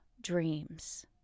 dreams